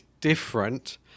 different